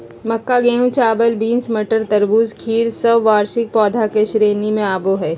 मक्का, गेहूं, चावल, बींस, मटर, तरबूज, खीर सब वार्षिक पौधा के श्रेणी मे आवो हय